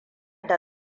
da